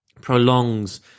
prolongs